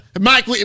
Mike